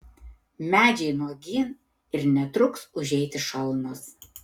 medžiai nuogyn ir netruks užeiti šalnos